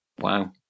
wow